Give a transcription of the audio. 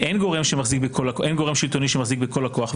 אין גורם שלטוני שמחזיק בכל הכוח,